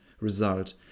result